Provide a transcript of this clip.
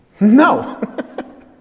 No